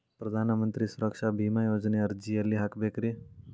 ಪ್ರಧಾನ ಮಂತ್ರಿ ಸುರಕ್ಷಾ ಭೇಮಾ ಯೋಜನೆ ಅರ್ಜಿ ಎಲ್ಲಿ ಹಾಕಬೇಕ್ರಿ?